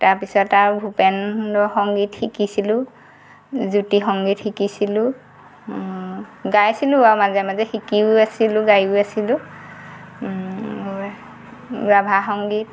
তাৰপিছত আৰু ভূপেন্দ্ৰ সংগীত শিকিছিলো জ্যোতি সংগীত শিকিছিলো গাইছিলো বাৰু মাজে মাজে শিকিও আছিলো গাইয়ো আছিলো ৰাভা সংগীত